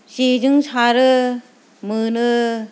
जेजों सारो मोनो